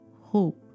hope